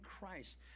Christ